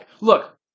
Look